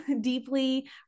deeply